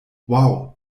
wow